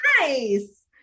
Nice